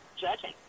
judging